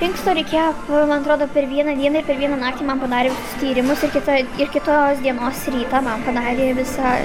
inksto reikėjo man atrodo per vieną dieną ir per vieną naktį man padarė visus tyrimus ir kita ir kitos dienos rytą man padarė visą